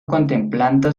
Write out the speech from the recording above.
contemplando